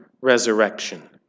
resurrection